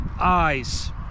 eyes